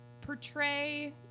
portray